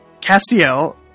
Castiel